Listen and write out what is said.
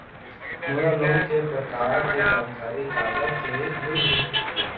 मोला लोन के प्रकार के जानकारी काकर ले मिल ही?